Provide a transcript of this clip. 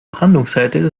brandungsseite